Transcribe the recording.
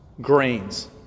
grains